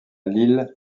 lille